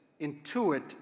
intuit